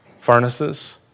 furnaces